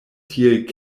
tiel